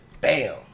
Bam